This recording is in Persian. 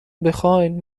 بخواین